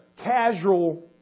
casual